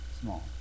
small